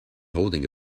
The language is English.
holding